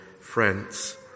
friends